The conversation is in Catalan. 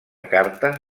carta